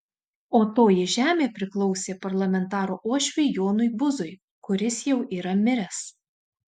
o toji žemė priklausė parlamentaro uošviui jonui buzui kuris jau yra miręs